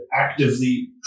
actively